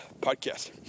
podcast